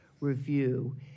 review